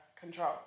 control